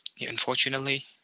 Unfortunately